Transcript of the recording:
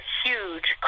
huge